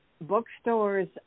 bookstores